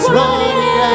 running